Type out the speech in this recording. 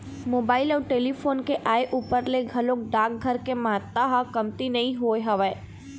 mobile अउ telephone के आय ऊपर ले घलोक डाकघर के महत्ता ह कमती नइ होय हवय